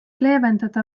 leevendada